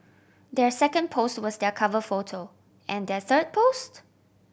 their second post was their cover photo and their third post